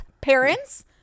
parents